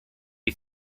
can